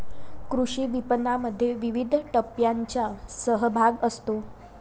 कृषी विपणनामध्ये विविध टप्प्यांचा सहभाग असतो